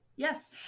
Yes